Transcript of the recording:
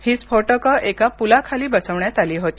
ही स्फोटकं एका पुलाखाली बसवण्यात आली होती